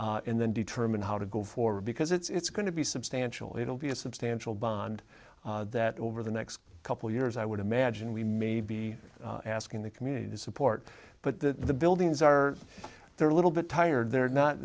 is and then determine how to go forward because it's going to be substantial it'll be a substantial bond that over the next couple years i would imagine we may be asking the community to support but the buildings are there a little bit tired they're not